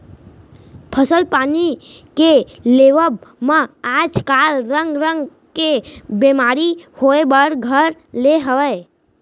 फसल पानी के लेवब म आज काल रंग रंग के बेमारी होय बर घर ले हवय